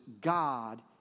god